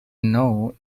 know